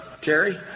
Terry